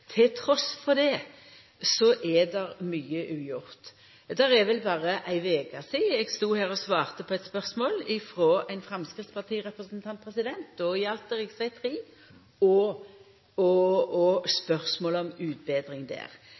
det er mykje ugjort. Det er vel berre ei veke sidan eg stod her og svarte på eit spørsmål frå ein framstegspartirepresentant. Då gjaldt det rv. 3 og spørsmål om utbetring der. Der utbetrar vi for 100 mill. kr kvart år. Der